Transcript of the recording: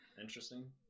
interesting